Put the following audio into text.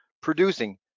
producing